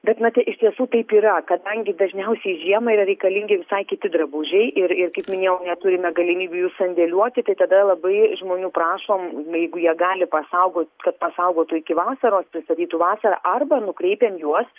bet na tai iš tiesų taip yra kadangi dažniausiai žiemą yra reikalingi visai kiti drabužiai ir ir kaip minėjau neturime galimybių jų sandėliuoti tai tada labai žmonių prašom jeigu jie gali pasaugot kad pasaugotų iki vasaros pristatytų vasarą arba nukreipiam juos